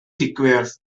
digwydd